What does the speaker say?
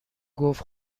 گفت